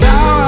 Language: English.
Now